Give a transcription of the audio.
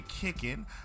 Kicking